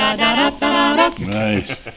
Nice